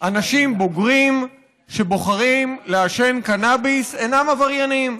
אנשים בוגרים שבוחרים לעשן קנאביס אינם עבריינים,